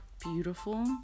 beautiful